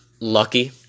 lucky